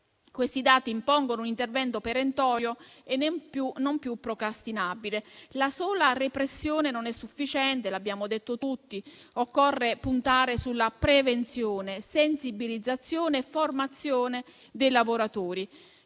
Questi dati impongono un intervento perentorio e non più procrastinabile. La sola repressione non è sufficiente, come abbiamo detto tutti; occorre puntare su prevenzione, sensibilizzazione e formazione dei lavoratori.